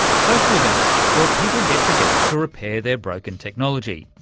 social events where people get together to repair their broken technology.